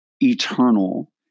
eternal